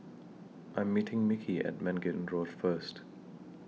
I Am meeting Mickie At Mangis Road First